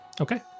Okay